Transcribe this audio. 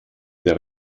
der